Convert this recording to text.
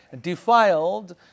defiled